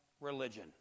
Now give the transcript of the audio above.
religion